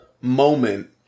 moment